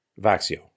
Vaxio